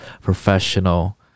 professional